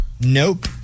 Nope